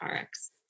rx